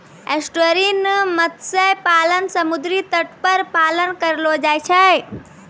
estuarine मत्स्य पालन समुद्री तट पर पालन करलो जाय छै